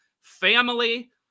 family